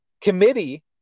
committee